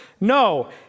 No